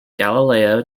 galileo